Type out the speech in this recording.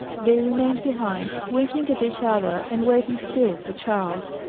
they remained behind, winking at each other, and waiting still for charles.